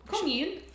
Commune